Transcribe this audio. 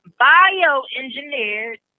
bioengineered